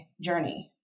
journey